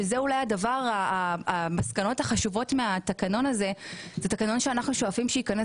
אחד המסקנות החשובות מהתקנון הזה היא שאנחנו שואפים שייכנס